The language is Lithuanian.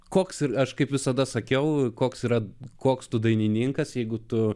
koks aš kaip visada sakiau koks yra koks tu dainininkas jeigu tu